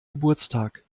geburtstag